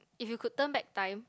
if you could turn back time